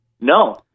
No